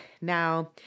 Now